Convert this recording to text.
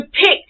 pick